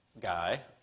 guy